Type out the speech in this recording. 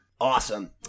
awesome